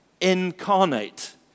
incarnate